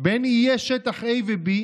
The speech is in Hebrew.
בין איי שטח A ו-B,